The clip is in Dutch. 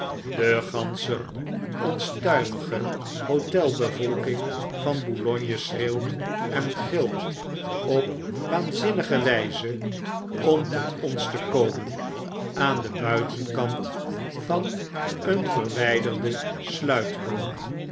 de gansche onstuimige hotelbevolking van boulogne schreeuwt en gilt op waanzinnige wyze om tot ons te komen aan den buitenkant van een verwyderden